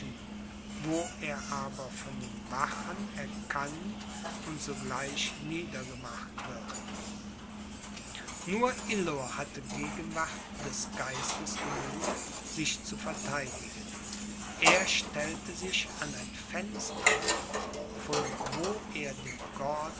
wo er aber von den wachen erkannt und sogleich niedergemacht wird nur illo hatte gegenwart des geistes genug sich zu vertheidigen er stellte sich an ein fenster von wo er dem